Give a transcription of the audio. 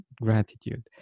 gratitude